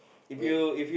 wait